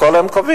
הכול הם קובעים.